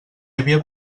havia